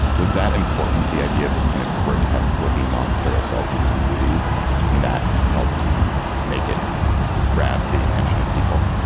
was that important the idea of this kind of grotesque looking monster assaulting young beauties and that helped make it grab the attention of people